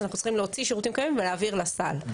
אז אנחנו צריכים להוציא שירותים קיימים ולהעביר לסל,